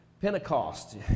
Pentecost